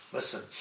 Listen